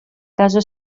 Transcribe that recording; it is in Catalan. casa